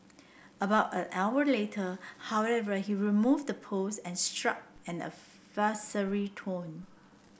about an hour later however he removed the post and struck an adversarial tone